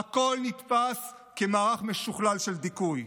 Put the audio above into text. הכול נתפס כמערך משוכלל של דיכוי.